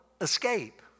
escape